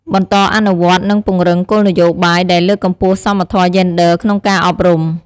បន្តអនុវត្ត និងពង្រឹងគោលនយោបាយដែលលើកកម្ពស់សមធម៌យេនឌ័រក្នុងការអប់រំ។